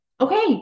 Okay